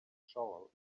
shovel